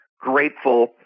grateful